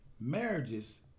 marriages